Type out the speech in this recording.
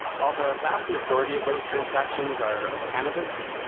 while the vast majority of those transactions are of cannabis,